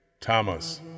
Thomas